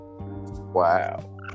Wow